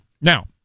now